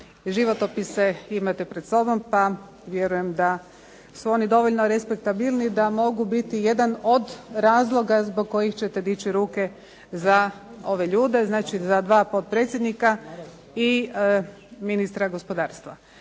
životopise imate pred sobom pa vjerujem da su oni dovoljno respektabilni da mogu biti jedan od razloga zbog kojih ćete dići ruke za ove ljude. Znači za 2 potpredsjednika i ministra gospodarstva.